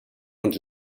und